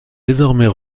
désormais